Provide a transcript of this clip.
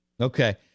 Okay